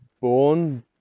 born